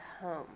home